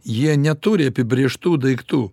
jie neturi apibrėžtų daiktų